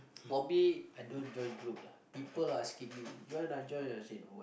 for me I don't join group lah people asking me join lah join lah I say don't want